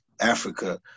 Africa